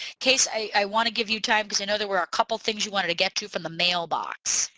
casey i want to give you time because i know there were a couple things you wanted to get to from the mailbox.